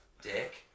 Dick